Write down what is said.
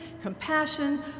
compassion